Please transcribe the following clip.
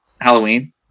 Halloween